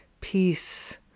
peace